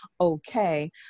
okay